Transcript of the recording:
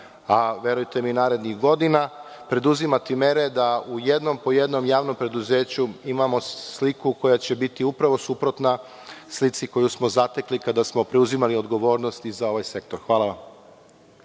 a verujte mi i narednih godina, preduzimati mere da u jednom po jednom javnom preduzeću imamo sliku koja će biti upravo suprotna slici koju smo zatekli kada smo preuzimali odgovornost i za ovaj sektor. Hvala vam.